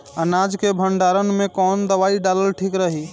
अनाज के भंडारन मैं कवन दवाई डालल ठीक रही?